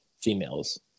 females